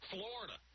Florida